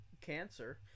cancer